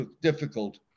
difficult